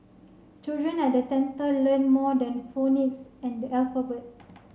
children at the centre learn more than phonics and alphabet